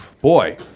Boy